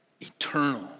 eternal